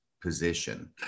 position